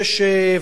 שש שנים?